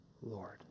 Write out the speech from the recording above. Lord